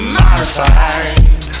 modified